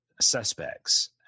suspects